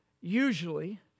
Usually